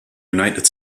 united